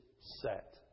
set